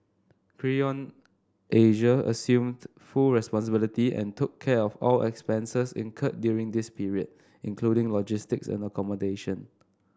Creon Asia assumed full responsibility and took care of all expenses incurred during this period including logistics and accommodation